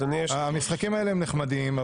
המשחקים האלה נחמדים,